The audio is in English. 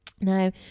now